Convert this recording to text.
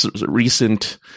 recent